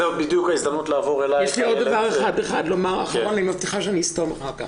יש לי עוד דבר אחד לומר ואני מבטיחה שאחר כך אני אשתוק.